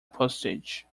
postage